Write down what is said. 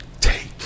take